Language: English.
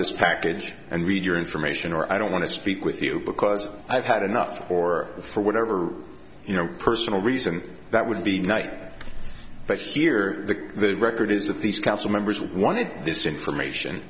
this package and read your information or i don't want to speak with you because i've had enough or for whatever you know personal reason that would be tonight but here the record is that these council members wanted this information